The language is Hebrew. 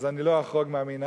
אז אני לא אחרוג מהמנהג,